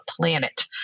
planet